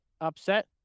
upset